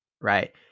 right